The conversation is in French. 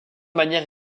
manières